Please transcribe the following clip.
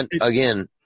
again